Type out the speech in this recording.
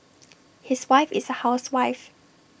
his wife is A housewife